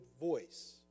voice